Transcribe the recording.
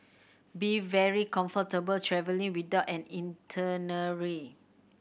be very comfortable travelling without an itinerary